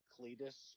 Cletus